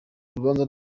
urubanza